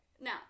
Now